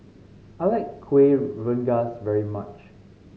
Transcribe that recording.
I like Kuih Rengas very much